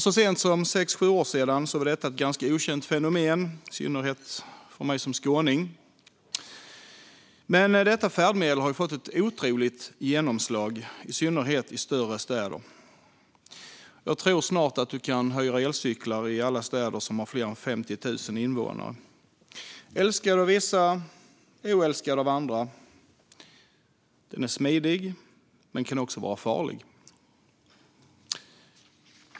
Så sent som för sex sju år sedan var den ett ganska okänt fenomen, i synnerhet för mig som skåning. Men detta färdmedel har fått ett otroligt genomslag, i synnerhet i större städer. Jag tror att du snart kan hyra elsparkcyklar i alla städer med fler än 50 000 invånare. Den är älskad av vissa, oälskad av andra. Den är smidig men kan också vara farlig.